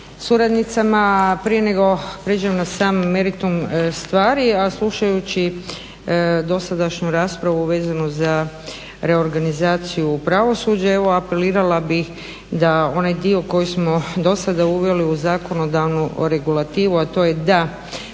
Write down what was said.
suradnicama. Prije nego pređemo na sami meritum stvari, a slušajući dosadašnju raspravu vezanu za reorganizaciju pravosuđa, evo apelirala bih da onaj dio koji smo do sada uveli u zakonodavnu regulativu, a to je da